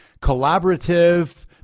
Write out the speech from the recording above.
collaborative